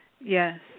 Yes